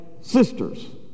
Sisters